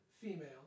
female